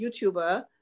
YouTuber